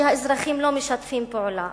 לא משתפים פעולה.